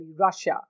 Russia